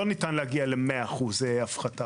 לא ניתן להגיע ל-100% הפחתה.